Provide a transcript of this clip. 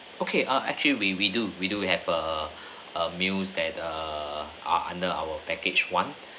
okay uh actually we we do we do have err err meals that err under our package one